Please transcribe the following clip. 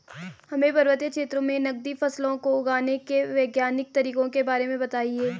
हमें पर्वतीय क्षेत्रों में नगदी फसलों को उगाने के वैज्ञानिक तरीकों के बारे में बताइये?